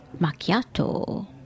Macchiato